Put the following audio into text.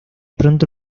pronto